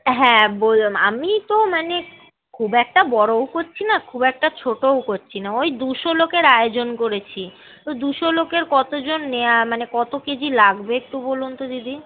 হ্যাঁ বললাম আমি তো মানে খুব একটা বড়ও করছি না খুব একটা ছোটোও করছি না ওই দুশো লোকের আয়োজন করেছি তো দুশো লোকের কত জন নেওয়া মানে কত কেজি লাগবে একটু বলুন তো দিদি